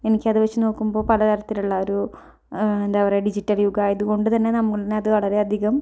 എനിക്കത് വച്ച് നോക്കുമ്പോൾ പല തരത്തിലുള്ള ഒരു എന്താ പറയാ ഡിജിറ്റൽ യുഗമായത് കൊണ്ട് തന്നെ നമ്മൾന് അത് വളരെ അധികം